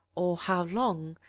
or how long,